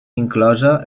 inclosa